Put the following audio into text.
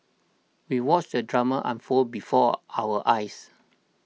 we watched the drama unfold before our eyes